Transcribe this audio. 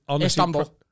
Istanbul